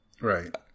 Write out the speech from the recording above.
Right